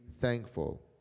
thankful